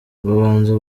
babanza